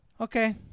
okay